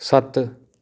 ਸੱਤ